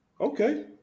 Okay